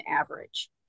average